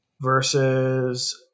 versus